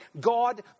God